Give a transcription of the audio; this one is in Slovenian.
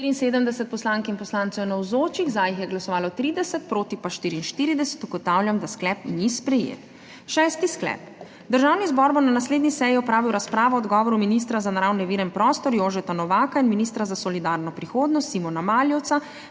30 jih je glasovalo za, proti pa 44. (Za je glasovalo 30.) (Proti 44.) Ugotavljam, da sklep ni sprejet. Šesti sklep: Državni zbor bo na naslednji seji opravil razpravo o odgovoru ministra za naravne vire in prostor Jožeta Novaka in ministra za solidarno prihodnost Simona Maljevca